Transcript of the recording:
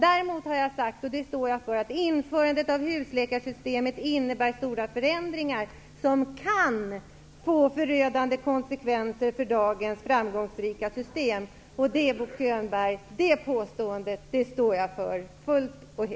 Däremot har jag sagt att införandet av husläkarsystemet innebär stora förändringar, som kan få förödande konsekvenser för dagens framgångsrika system. Det påståendet står jag helt och fullt för, Bo